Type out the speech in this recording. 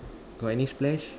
got any splash